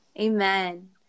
Amen